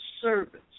service